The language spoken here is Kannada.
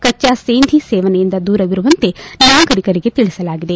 ಕಚ್ಚಾ ಸೇಂದಿ ಸೇವನೆಯಯಿಂದ ದೂರವಿರುವಂತೆ ನಾಗರಿಕರಿಗೆ ತಿಳಿಸಲಾಗಿದೆ